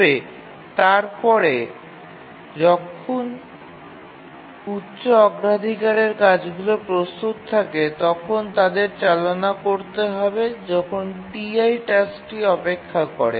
তবে তারপরে যখনই উচ্চ অগ্রাধিকারের কাজগুলি প্রস্তুত থাকে তখন তাদের চালনা করতে হবে যখন Ti টাস্কটি অপেক্ষা করে